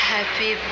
Happy